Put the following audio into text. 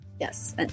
yes